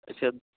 اچھا